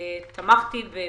שתמכתי בזה